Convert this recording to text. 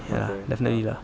ya definitely lah